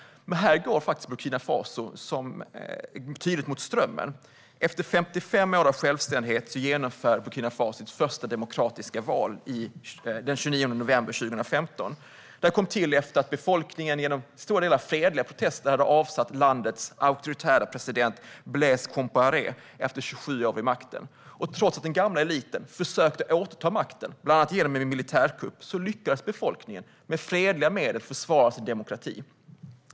Men här går faktiskt Burkina Faso tydligt mot strömmen. Efter 55 år av självständighet genomförde Burkina Faso sitt första demokratiska val, den 29 november 2015. Det kom till efter att befolkningen genom till stora delar fredliga protester hade avsatt landets auktoritära president Blaise Compaoré, som i 27 år suttit vid makten. Trots att den gamla eliten försökte återta makten, bland annat genom en militärkupp, lyckades befolkningen med fredliga medel försvara sin demokrati.